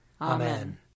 Amen